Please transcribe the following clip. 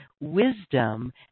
wisdom